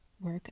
work